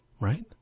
right